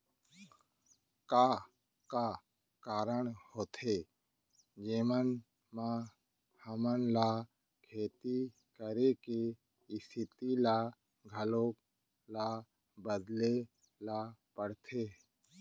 का का कारण होथे जेमन मा हमन ला खेती करे के स्तिथि ला घलो ला बदले ला पड़थे?